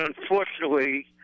unfortunately